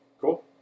Cool